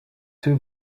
two